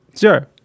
Sure